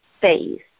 phase